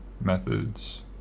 methods